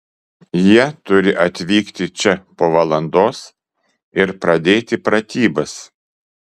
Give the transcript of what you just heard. jie turi atvykti čia po valandos ir pradėti pratybas